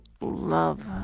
love